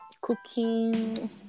cooking